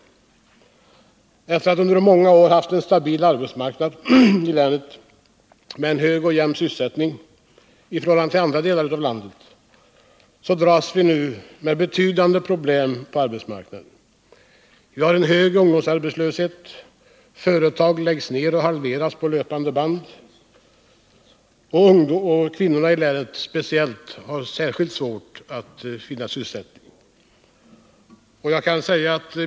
Efter det att vi under många år har haft en stabil arbetsmarknad i länet med en hög och jämn sysselsättning i förhållande till andra delar av landet, dras vi nu med betydande problem på arbetsmarknaden. Vi har en hög ungdomsarbetslöshet, företag läggs ned eller halveras på löpande band. Särskilt kvinnorna har svårt att finna sysselsättning.